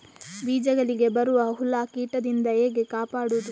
ಬೀಜಗಳಿಗೆ ಬರುವ ಹುಳ, ಕೀಟದಿಂದ ಹೇಗೆ ಕಾಪಾಡುವುದು?